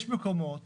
יש מקומות